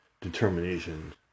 determination